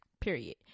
period